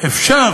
אפשר